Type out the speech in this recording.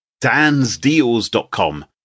DansDeals.com